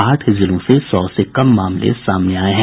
आठ जिलों में सौ से कम मामले सामने आये हैं